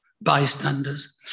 Bystanders